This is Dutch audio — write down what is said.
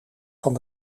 van